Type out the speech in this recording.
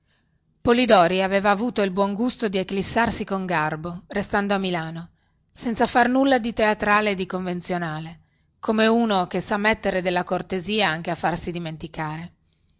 polidori aveva avuto il buon gusto di eclissarsi con garbo restando a milano senza far nulla di teatrale e di convenzionale come uno che sa mettere della cortesia anche a farsi dimenticare